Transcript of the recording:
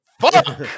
Fuck